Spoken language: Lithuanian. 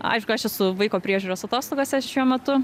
aišku aš esu vaiko priežiūros atostogose šiuo metu